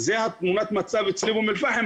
זו תמונת המצב אצלי באום אל פחם,